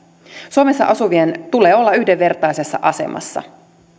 suomessa asuvien tulee olla yhdenvertaisessa asemassa